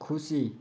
खुसी